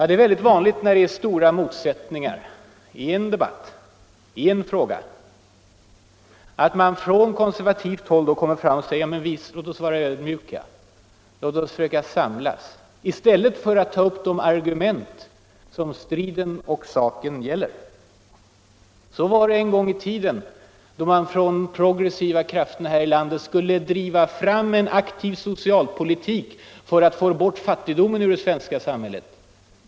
Det är väldigt vanligt när det är stora motsättningar i en fråga, att man från konservativt håll då rusar fram och säger: låt oss vara ödmjuka, låt oss försöka samlas. I stället för att ta upp det argument som striden och saken gäller. Så var det en gång i tiden då man från de progressiva krafterna här i landet skulle driva fram en aktiv socialpolitik för att få bort fattigdomen ur det svenska samhället.